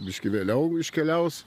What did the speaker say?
biški vėliau iškeliaus